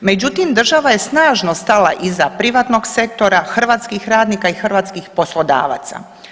Međutim, država je snažno stala iza privatnog sektora, hrvatskih radnika i hrvatskih poslodavaca.